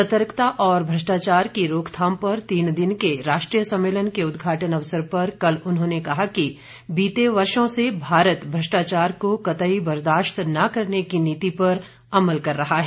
सतर्कता और भ्रष्टाचार की रोकथाम पर तीन दिन के राष्ट्रीय सम्मेलन के उदघाटन अवसर पर कल उन्होंने कहा कि बीते वर्षो से भारत भ्रष्टाचार को कतई बर्दाश्त न करने की नीति पर अमल कर रहा है